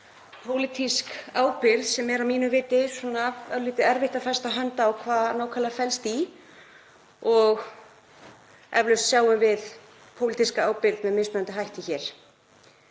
pólitísk ábyrgð sem er að mínu viti örlítið erfitt að festa hönd á hvað nákvæmlega felst í og eflaust sjáum við pólitíska ábyrgð með mismunandi hætti hér.